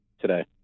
Today